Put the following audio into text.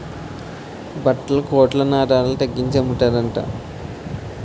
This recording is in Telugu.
బట్టల కొట్లో నా ధరల తగ్గించి అమ్మతన్రట